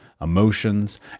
emotions